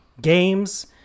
games